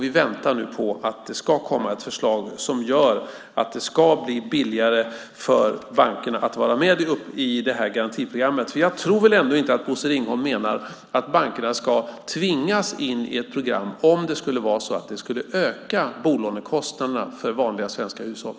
Vi väntar nu på att det ska komma ett förslag som gör att det ska bli billigare för bankerna att vara med i det här garantiprogrammet. Jag tror ändå inte att Bosse Ringholm menar att bankerna ska tvingas in i ett program om det skulle öka bolånekostnaderna för vanliga svenska hushåll.